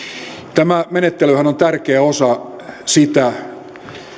tämä menettelyhän on tärkeä osa sitä